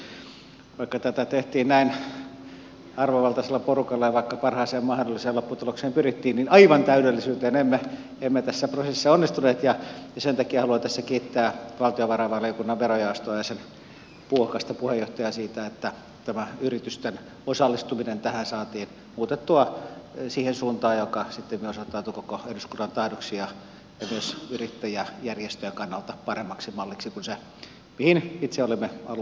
vaikka tätä tehtiin näin arvovaltaisella porukalla ja vaikka parhaaseen mahdolliseen lopputulokseen pyrittiin niin aivan täydellisyyteen emme tässä prosessissa päässeet ja sen takia haluan tässä kiittää valtiovarainvaliokunnan verojaostoa ja sen puuhakasta puheenjohtajaa siitä että tämä yritysten osallistuminen tähän saatiin muutettua siihen suuntaan joka sittemmin osoittautui koko eduskunnan tahdoksi ja myös yrittäjäjärjestöjen kannalta paremmaksi malliksi kuin se mihin itse olimme alun perin päätyneet